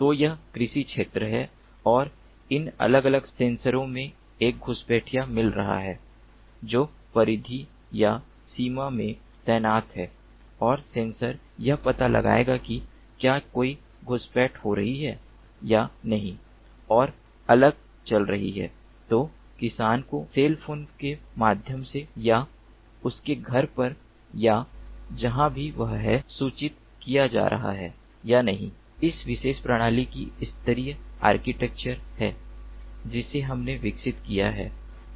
तो यह कृषि क्षेत्र है और इन अलग अलग सेंसरों में एक घुसपैठिया मिल रहा है जो परिधि या सीमा में तैनात है और सेंसर यह पता लगाएगा कि क्या कोई घुसपैठ हो रही है या नहीं और अगर चल रही है तो किसान को सेल फोन के माध्यम से या उसके घर पर या जहां भी वह है सूचित किया जा रहा है या नहीं इस विशेष प्रणाली की स्तरित आर्किटेक्चर है जिसे हमने विकसित किया है